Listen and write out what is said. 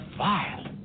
wild